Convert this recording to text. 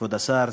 כבוד השר,